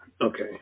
Okay